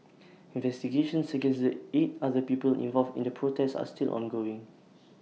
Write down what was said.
investigations against the eight other people involved in the protest are still ongoing